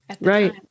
Right